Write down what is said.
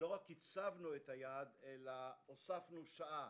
לא רק הצבנו את היעד אלא הוספנו שעה,